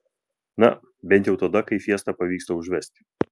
na bent jau tada kai fiesta pavyksta užvesti